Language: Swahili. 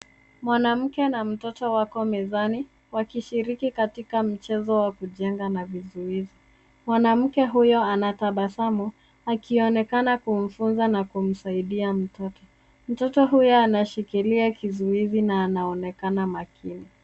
Mwanamke na mtoto wako mezani wakishiriki katika mchezo wa kujenga na vizuizi. Mwanamke huyo anatabasamu akionekana kumfunza na kumsaidia mtoto. Mtoto huyo anashikilia kizuizi na anaonekana makini.